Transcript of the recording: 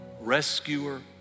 rescuer